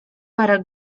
parę